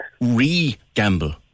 re-gamble